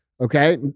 Okay